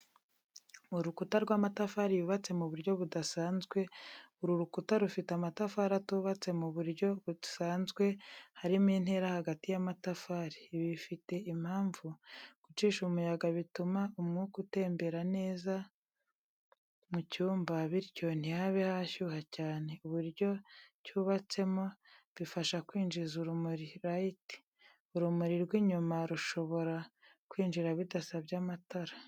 Urukuta rw’amatafari yubatse mu buryo budasanzwe uru rukuta rufite amatafari atubatse mu buryo busanzwe harimo intera hagati y’amatafari. Ibi bifite impamvu, gucisha umuyaga bituma umwuka utembera neza mu cyumba, bityo ntihabe hashyuha cyane. Uburyo cyubatse mo bifasha kwinjiza urumuri (light): Urumuri rw’inyuma rushobora kwinjira bidasabye amatara.